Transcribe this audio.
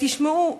תשמעו,